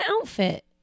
outfit